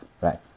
right